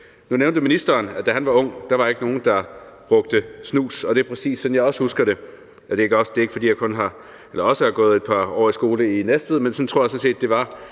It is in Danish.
Nu nævnte ministeren, at da han var ung, var der ikke nogen, der brugte snus, og det er præcis sådan, jeg også husker det. Det er ikke, fordi jeg også har gået et par år i skole i Næstved, men sådan tror jeg sådan